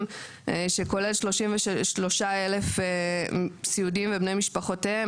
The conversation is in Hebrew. שכולל 33,000 סיעודיים ובני משפחותיהם.